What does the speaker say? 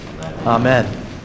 amen